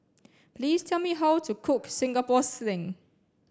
please tell me how to cook Singapore Sling